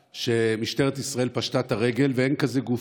שמשטרת ישראל פשטה את הרגל ואין כזה גוף.